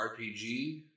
RPG